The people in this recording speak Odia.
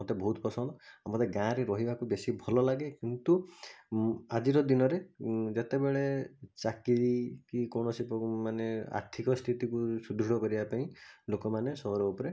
ମୋତେ ବହୁତ ପସନ୍ଦ ଆଉ ମୋତେ ଗାଁ'ରେ ରହିବାକୁ ବେଶୀ ଭଲଲାଗେ କିନ୍ତୁ ଆଜିର ଦିନରେ ଯେତେବେଳେ ଚାକିରୀ କି କୌଣସି ମାନେ ଆର୍ଥିକ ସ୍ଥିତିକୁ ସୁଦୃଢ଼ କରିବାପାଇଁ ଲୋକମାନେ ସହର ଉପରେ